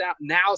now